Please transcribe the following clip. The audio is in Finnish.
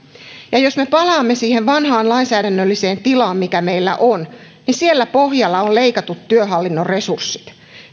ja jos me palaamme siihen vanhaan lainsäädännölliseen tilaan mikä meillä on niin siellä pohjalla ovat leikatut työhallinnon resurssit